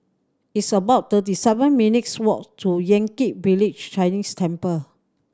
it's about thirty seven minutes' walk to Yan Kit Village Chinese Temple